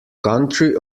country